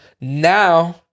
now